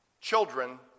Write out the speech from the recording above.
children